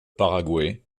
paraguay